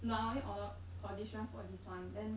no I only au~ audition for this [one] then